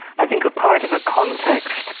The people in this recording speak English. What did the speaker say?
i think are part of a context,